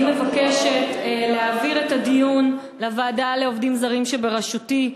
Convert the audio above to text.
אני מבקשת להעביר את הדיון לוועדה לעובדים זרים שבראשותי.